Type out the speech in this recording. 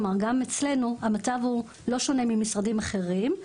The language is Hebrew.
כלומר גם אצלנו המצב לא שונה ממשרדים אחרים,